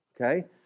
okay